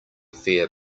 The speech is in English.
fair